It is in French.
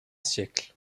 siècle